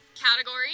Category